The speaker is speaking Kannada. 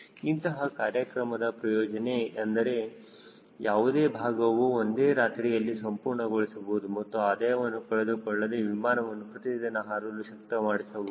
ಇಂತಹ ಕಾರ್ಯಕ್ರಮದ ಪ್ರಯೋಜನ ಏನೆಂದರೆ ಯಾವುದೇ ಭಾಗವನ್ನು ಒಂದೇ ರಾತ್ರಿಯಲ್ಲಿ ಸಂಪೂರ್ಣ ಗೊಳಿಸಬಹುದು ಮತ್ತು ಆದಾಯವನ್ನು ಕಳೆದುಕೊಳ್ಳದೆ ವಿಮಾನವನ್ನು ಪ್ರತಿದಿನ ಹಾರಲು ಶಕ್ತ ಮಾಡಿಸಬಹುದು